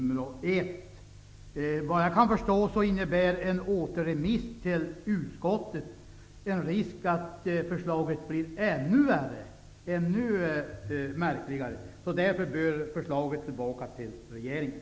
Såvitt jag förstår innebär en återremiss till utskottet en risk att förslaget blir än värre märkligt. Därför bör ärendet gå tillbaka till regeringen.